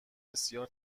بسیار